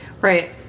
Right